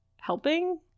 helping